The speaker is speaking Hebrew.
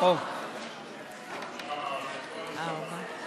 אני את 160. אוקיי.